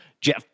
Jeff